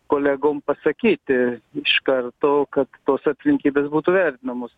kolegom pasakyti iš karto kad tos aplinkybės būtų vertinamos